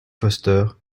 foster